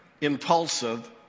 impulsive